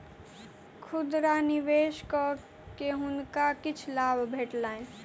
खुदरा निवेश कय के हुनका किछ लाभ भेटलैन